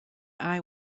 eye